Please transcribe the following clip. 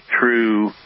true